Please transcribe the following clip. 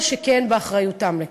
כל שכן באחריותם לכך.